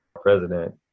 president